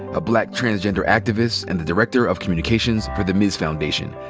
a black transgender activist and the director of communications for the ms. foundation,